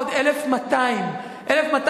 עוד 1,200. 1,200,